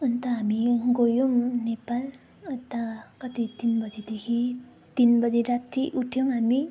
अन्त हामी गयौँ नेपाल अन्त कति तिन बजीदेखि तिन बजी राति उठ्यौँ हामी